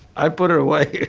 i put it away.